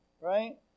right